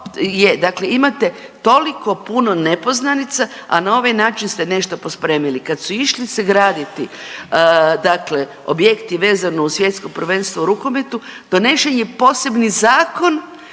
dakle imate toliko puno nepoznanica, a na ovaj način ste nešto pospremili. Kad su išli se graditi dakle objekti vezano uz Svjetsko prvenstveno u rukometu donesen je posebni zakon